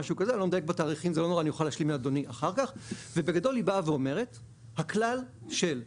ובגדול היא אומרת שהכלל שאומר